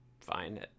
fine